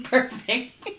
Perfect